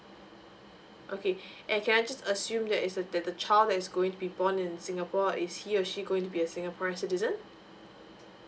okay and can I just assume that is the that the child is going to be born in singapore is he or she going to be a singaporean citizen